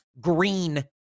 green